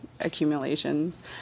accumulations